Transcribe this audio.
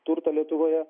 turtą lietuvoje